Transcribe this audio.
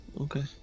Okay